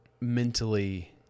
mentally